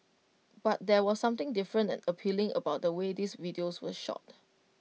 but there was something different and appealing about the way these videos were shot